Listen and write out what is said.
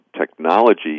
technology